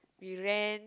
we ran